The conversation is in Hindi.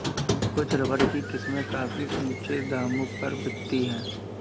कुछ रबर की किस्में काफी ऊँचे दामों पर बिकती है